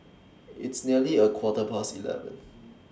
its nearly A Quarter Past eleven